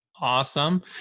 Awesome